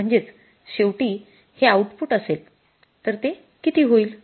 म्हणजेच शेवटी हे आऊटपुट असेल तर ते किती होईल